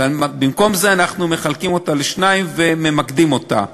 ובמקום זה אנחנו מחלקים אותה לשתיים וממקדים אותה.